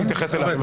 הוצג תהליך העבודה.